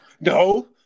no